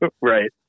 right